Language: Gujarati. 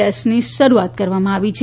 ડેસ્કની શરૂઆત કરવામાં આવી છે